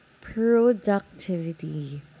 productivity